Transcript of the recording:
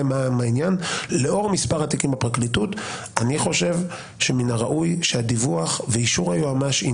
מה העניין שמן הראוי שהדיווח ואישור היועמ"ש לממשלה